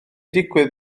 digwydd